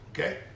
okay